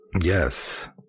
Yes